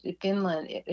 Finland